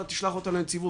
אתה תשלח אותה לנציבות,